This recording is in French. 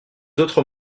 autres